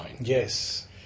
Yes